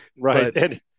right